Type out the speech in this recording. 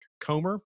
Comer